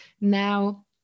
Now